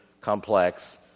complex